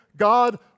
God